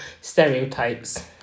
stereotypes